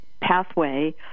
pathway